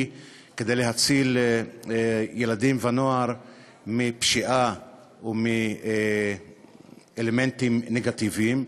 כדי להציל ילדים ונוער מפשיעה ומאלמנטים נגטיביים.